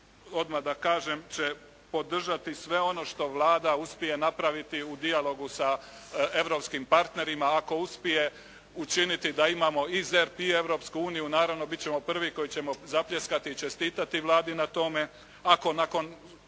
odmah da kažem će podržati sve ono što Vlada uspije napraviti u dijalogu sa europskim partnerima ako uspije učiniti da imamo i ZERP i Europsku uniju naravno bit ćemo prvi koji ćemo zapljeskati i čestitati Vladi na tome. Ako nakon